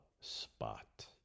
spot